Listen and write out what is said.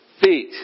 feet